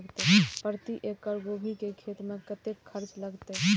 प्रति एकड़ गोभी के खेत में कतेक खर्चा लगते?